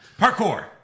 Parkour